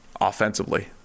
offensively